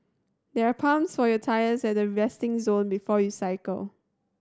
there are pumps for your tyres at the resting zone before you cycle